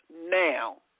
now